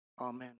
Amen